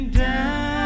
down